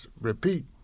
repeat